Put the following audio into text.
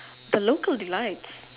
the local delights